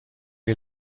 های